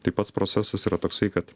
tai pats procesas yra toksai kad